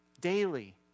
daily